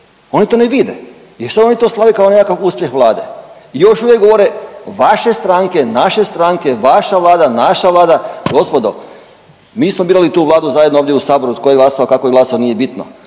oni to ne vide i sad oni to slave kao nekakav uspjeh Vlade i još uvijek govore vaše stranke, naše stranke, vaša vlada, naša vlada, gospodo, mi smo birali tu Vladu zajedno ovdje u Saboru, tko je glasao, kako je glasao, nije bitno,